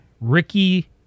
Ricky